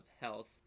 health